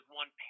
one